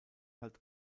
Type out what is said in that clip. halt